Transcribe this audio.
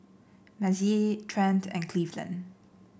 Mazie Trent and Cleveland